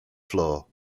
floor